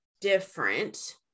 different